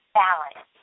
balance